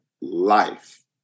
life